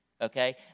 Okay